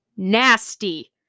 nasty